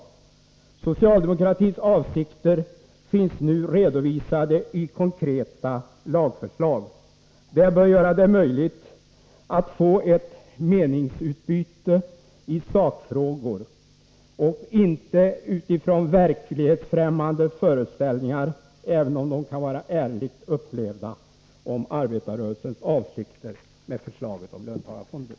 Socialdemokratins avsikter finns nu redovisade i konkreta lagförslag. Det bör göra det möjligt att få ett meningsutbyte i sakfrågor och inte utifrån verklighetsfrämmande föreställningar, även om de kan vara ärligt upplevda, om arbetarrörelsens avsikter med förslaget om löntagarfonder.